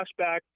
flashback